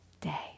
day